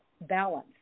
balance